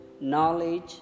knowledge